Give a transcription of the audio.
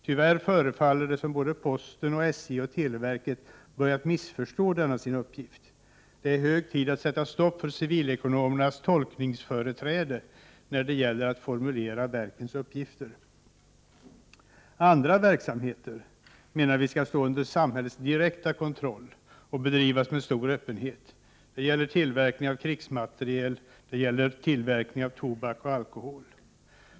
Tyvärr förefaller det som om både posten, SJ och televerket har börjat missförstå denna sin uppgift. Det är hög tid att sätta stopp för civilekonomernas tolkningsföreträde när det gäller att formulera verkens uppgifter. Andra verksamheter som vi menar skall stå under samhällets direkta kontroll och bedrivas med stor öppenhet är tillverkningen av krigsmateriel och tillverkningen av tobak och alkohol.